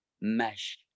mesh